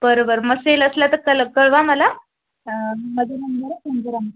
बर बर मग सेल असला तर कल कळवा मला अं माझं नंबर आहे संग्राम